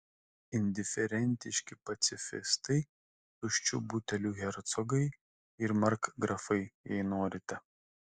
indiferentiški pacifistai tuščių butelių hercogai ir markgrafai jei norite